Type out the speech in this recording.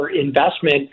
investment